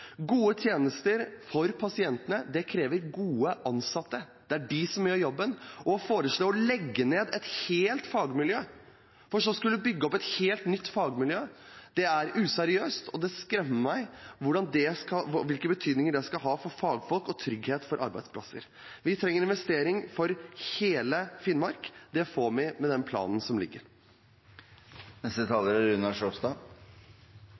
Gode tjenester for pasientene krever gode ansatte. Det er de som gjør jobben. Å foreslå å legge ned et helt fagmiljø, for så å skulle bygge opp et helt nytt fagmiljø, er useriøst, og det skremmer meg hvilken betydning det vil ha for fagfolk og for trygghet for arbeidsplasser. Vi trenger en investering for hele Finnmark. Det får vi med den planen som ligger.